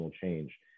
change